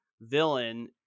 villain